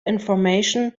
information